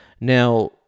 Now